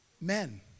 Men